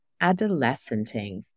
adolescenting